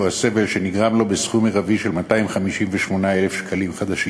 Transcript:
הסבל שנגרם לו בסכום מרבי של 258,000 שקלים חדשים.